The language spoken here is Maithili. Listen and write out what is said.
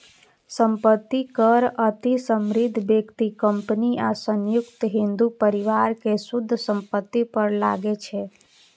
संपत्ति कर अति समृद्ध व्यक्ति, कंपनी आ संयुक्त हिंदू परिवार के शुद्ध संपत्ति पर लागै छै